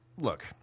Look